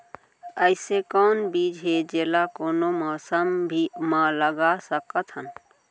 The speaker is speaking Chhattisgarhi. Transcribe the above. अइसे कौन बीज हे, जेला कोनो मौसम भी मा लगा सकत हन?